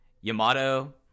yamato